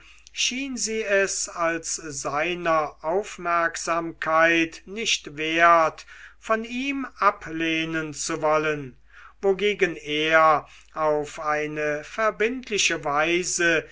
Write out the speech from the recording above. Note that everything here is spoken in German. schien sie es als seiner aufmerksamkeit nicht wert von ihm ablehnen zu wollen wogegen er auf eine verbindliche weise